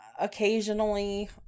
occasionally